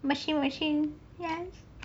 machine machine yes